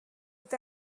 est